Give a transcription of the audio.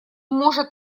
может